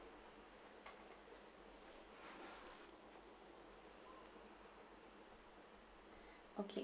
okay